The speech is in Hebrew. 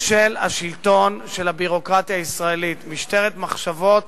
של השלטון של הביורוקרטיה הישראלית, משטרת מחשבות